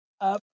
up